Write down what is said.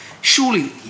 Surely